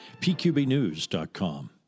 pqbnews.com